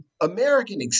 American